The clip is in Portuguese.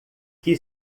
que